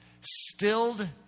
Stilled